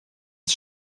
ist